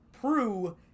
Prue